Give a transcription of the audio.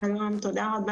רם תודה.